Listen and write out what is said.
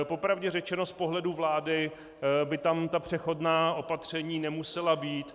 Po pravdě řečeno, z pohledu vlády by tam ta přechodná opatření nemusela být.